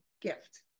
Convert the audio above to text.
gift